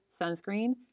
sunscreen